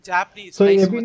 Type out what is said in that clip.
Japanese